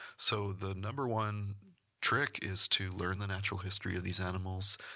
so, the number one trick is to learn the natural history of these animals,